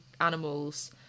animals